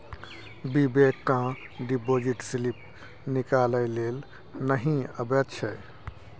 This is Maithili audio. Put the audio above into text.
बिबेक केँ डिपोजिट स्लिप निकालै लेल नहि अबैत छै